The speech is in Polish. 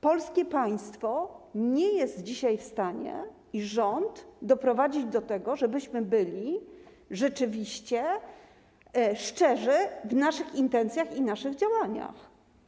Polskie państwo i rząd nie są dzisiaj w stanie doprowadzić do tego, żebyśmy byli rzeczywiście szczerzy w naszych intencjach i naszych działaniach.